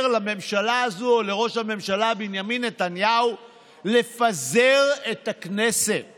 לממשלה הזו או לראש הממשלה בנימין נתניהו לפזר את הכנסת